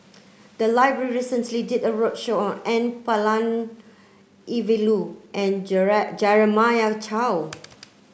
the library recently did a roadshow on N Palanivelu and Jeremiah Choy